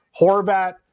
Horvat